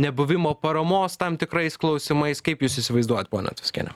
nebuvimo paramos tam tikrais klausimais kaip jūs įsivaizduojate ponia tuskeniene